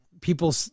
people